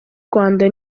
rwanda